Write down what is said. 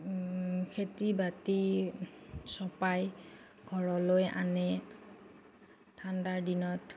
খেতি বাতি চপাই ঘৰলৈ আনে ঠাণ্ডাৰ দিনত